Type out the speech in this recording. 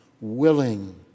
willing